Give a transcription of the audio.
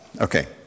Okay